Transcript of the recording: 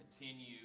Continue